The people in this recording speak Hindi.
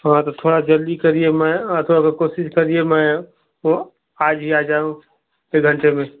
हाँ तो थोड़ा जल्दी करिये मैं आता हूँ कोशिश करिये मैं आज ही आ जाऊँ एक घंटे में